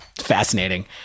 fascinating